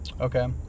Okay